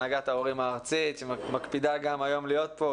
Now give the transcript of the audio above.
הנהגת ההורים הארצית שמקפידה גם היום להיות פה,